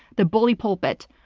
the bully pulpit.